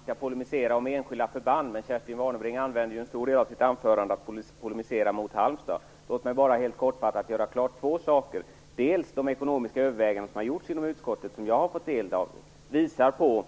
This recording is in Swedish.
Fru talman! Jag tycker att det är litet olyckligt att polemisera om enskilda förband, men Kerstin Warnerbring använde ju en stor del av sitt anförande till att polemisera mot Halmstad. Låt mig bara helt kortfattat göra två saker klara. För det första visar de ekonomiska överväganden som har gjorts inom utskottet och som jag har tagit del av på